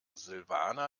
silvana